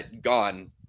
gone